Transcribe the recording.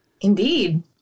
Indeed